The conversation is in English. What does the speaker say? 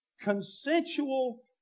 consensual